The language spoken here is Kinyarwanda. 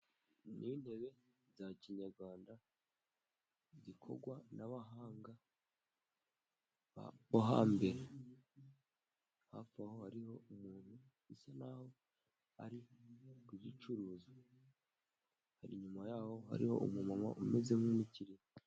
Ni intebe za kinyarwanda zikorwa n'abahanga bo hambere. Hafi aho hariho umuntu usa n'aho ari kuzicuruza . Inyuma y'aho hariho umumama umeze nk'umukiriya.